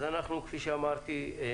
אז אנחנו, כפי שאמרתי,